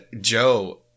Joe